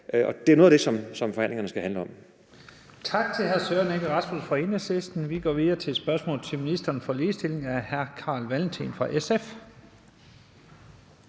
og det er noget af det, som forhandlingerne skal handle om.